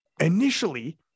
initially